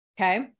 Okay